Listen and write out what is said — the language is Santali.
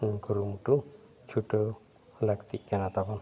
ᱠᱩᱨᱩᱢᱢᱩᱴᱩ ᱪᱷᱩᱴᱟᱹᱣ ᱞᱟᱹᱠᱛᱤᱜ ᱠᱟᱱᱟ ᱛᱟᱵᱚᱱ